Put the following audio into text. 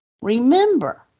remember